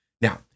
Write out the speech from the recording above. Now